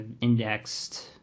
indexed